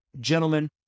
gentlemen